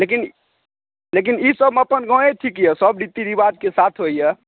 लेकिन लेकिन ई सबमे अपन गाँवे ठीक यऽ सब रीति रीवाजके साथ होइया